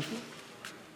איפה הוא?